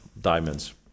diamonds